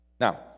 Now